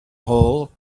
hole